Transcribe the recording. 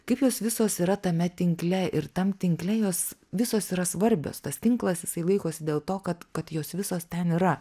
kaip jos visos yra tame tinkle ir tam tinkle jos visos yra svarbios tas tinklas jisai laikosi dėl to kad kad jos visos ten yra